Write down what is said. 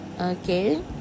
okay